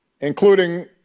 including